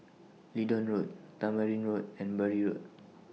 Leedon Road Tamarind Road and Bury Road